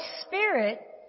spirit